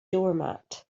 doormat